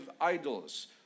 idols